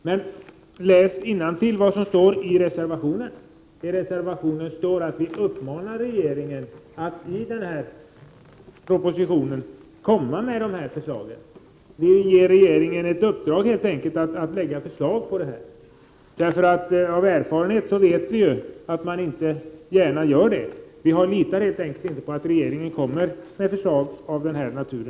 Men, Håkan Strömberg, läs vad som står i vår reservation, nämligen att regeringen uppmanas att i propositionen lägga fram förslag om en samordnad politik för trädgårdsnäringen. Vi ger helt enkelt regeringen ett uppdrag därom. Av erfarenhet vet vi nämligen att regeringen inte gör sådant av egen fri vilja. Vi litar helt enkelt inte på att regeringen lägger fram förslag av denna natur.